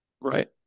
Right